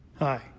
Hi